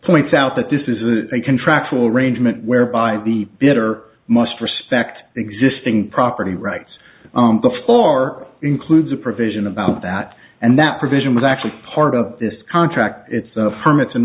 points out that this is a contractual arrangement whereby the bitter must respect existing property rights before includes a provision about that and that provision was actually part of this contract it's the firm it's in